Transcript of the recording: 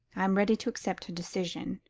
i am ready to accept her decision.